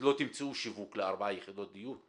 לא תמצאו שיווק לארבע יחידות דיור,